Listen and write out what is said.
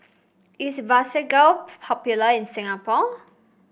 is Vagisil popular in Singapore